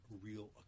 real